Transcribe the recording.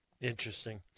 Interesting